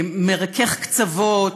מרכך קצוות,